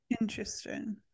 interesting